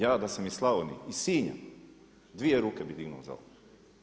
Ja da sam iz Slavonije, iz Sinja, dvije ruke bih dignuo za ovo.